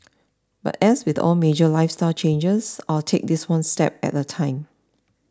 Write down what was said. but as with all major lifestyle changes I'll take this one step at a time